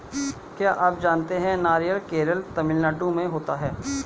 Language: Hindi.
क्या आप जानते है नारियल केरल, तमिलनाडू में होता है?